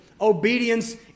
obedience